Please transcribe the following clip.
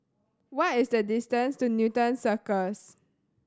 what is the distance to Newton Cirus